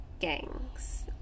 gangs